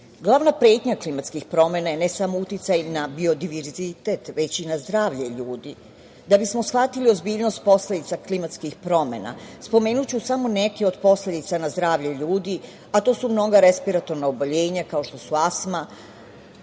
pretnja klimatskih promena je ne samo uticaj na biodiverzitet, već i na zdravlje ljudi. Da bi smo shvatili ozbiljnost posledica klimatskih promena, spomenuću samo neke od posledica na zdravlje ljudi, a to su mnoga respiratorna odeljenja kao što su astma,